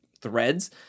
threads